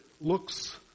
looks